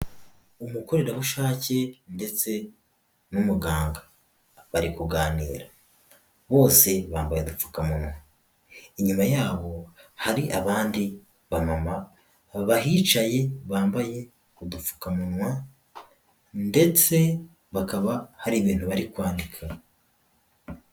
Umukorerabushake ndetse n'umuganga, bari kuganira bose bambaye udupfukamunwa, inyuma yabo hari abandi bamama bahicaye bambaye udupfukamunwa, ndetse bakaba hari ibintu bari kwandika.